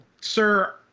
Sir